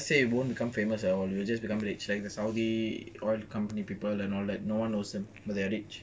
no no let's say you won't become famous and all you will just become rich like the saudi oil company people and all that no one knows them but they are rich